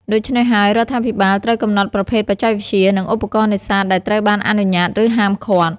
ដូច្នេះហើយ រដ្ឋាភិបាលត្រូវកំណត់ប្រភេទបច្ចេកវិទ្យា និងឧបករណ៍នេសាទដែលត្រូវបានអនុញ្ញាត ឬហាមឃាត់។